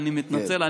אני מתנצל.